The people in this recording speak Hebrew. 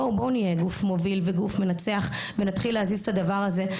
בואו נהיה גוף מוביל ונתחיל להזיז את הדבר הזה,